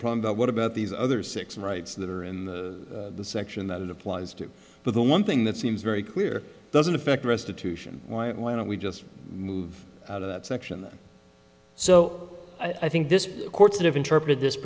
problem but what about these other six rights that are in the section that it applies to but the one thing that seems very clear doesn't affect restitution why don't we just move out of that section so i think this